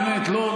באמת לא,